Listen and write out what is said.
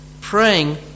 praying